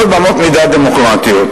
באמות מידה דמוקרטיות.